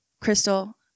Crystal